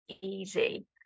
easy